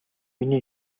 миний